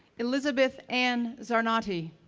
elisabeth anne zarnoti,